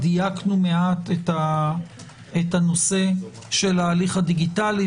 דייקנו מעט את הנושא של ההליך הדיגיטלי,